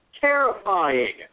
terrifying